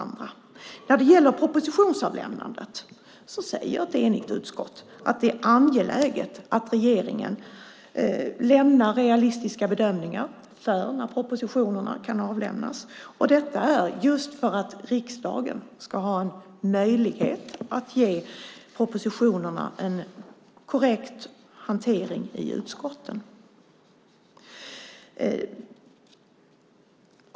När det gäller propositionsavlämnandet säger ett enigt utskott att det är angeläget att regeringen lämnar realistiska bedömningar av när propositionerna kan avlämnas, detta just för att riksdagen ska ha möjlighet att ge propositionerna en korrekt hantering i utskotten.